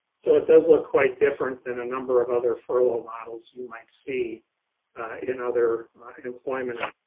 so it does look quite different than a number of other furlough models you might see in other employment ah